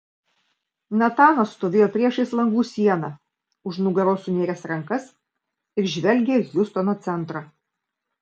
natanas stovėjo priešais langų sieną už nugaros sunėręs rankas ir žvelgė į hjustono centrą